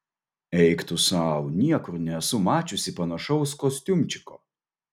eik tu sau niekur nesu mačiusi panašaus kostiumčiko